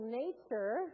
nature